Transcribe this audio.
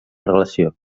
relació